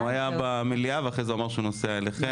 הוא היה במליאה ואחרי זה הוא אמר שהוא נוסע אליכם.